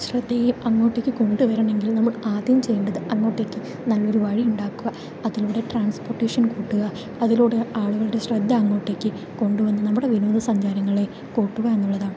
ശ്രദ്ധയും അങ്ങോട്ടേക്ക് കൊണ്ടുവരണമെങ്കിൽ നമ്മൾ ആദ്യം ചെയ്യേണ്ടത് അങ്ങോട്ടേക്ക് നല്ലൊരു വഴിണ്ടാക്കുക അതിലൂടെ ട്രാൻസ്പോർട്ടേഷൻ കൂട്ടുക അതിലൂടെ ആളുകളുടെ ശ്രദ്ധ അങ്ങോട്ടേക്ക് കൊണ്ടുവന്ന് നമ്മുടെ വിനോദസഞ്ചാരങ്ങളെ കൂട്ടുക എന്നുള്ളതാണ്